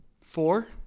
Four